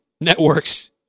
networks